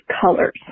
colors